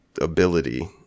ability